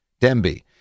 Demby